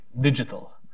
digital